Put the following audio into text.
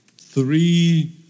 three